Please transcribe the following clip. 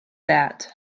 that